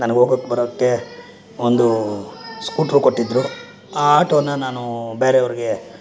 ನನ್ಗೆ ಹೋಗೋಕ್ಕೆ ಬರೋಕ್ಕೆ ಒಂದು ಸ್ಕೂಟ್ರ್ ಕೊಟ್ಟಿದ್ರು ಆ ಆಟೋನ ನಾನು ಬೇರೆಯವರಿಗೆ